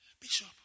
Bishop